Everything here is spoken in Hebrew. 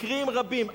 מקרים רבים.